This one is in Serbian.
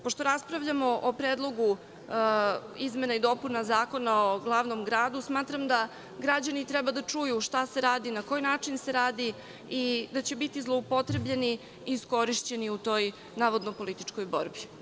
Pošto raspravljamo o Predlogu izmena i dopuna Zakona o glavnom gradu, smatram da građani treba da čuju šta se radi, na koji način se radi i da će biti zloupotrebljeni i iskorišćeni u toj navodno političkoj borbi.